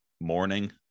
morning